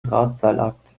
drahtseilakt